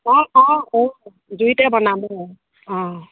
অঁ অঁ অঁ জুইতে বনাম অঁ অঁ